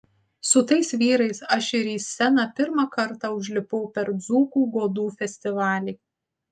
su tais vyrais aš ir į sceną pirmą kartą užlipau per dzūkų godų festivalį